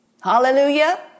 hallelujah